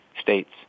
states